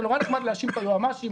זה מאוד נחמד להאשים את היועמ"שים,